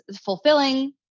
fulfilling